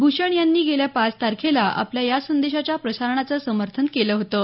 भूषण यांनी गेल्या पाच तारखेला आपल्या या संदेशाच्या प्रसारणाचं समर्थन केलं होतं